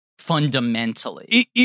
Fundamentally